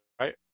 right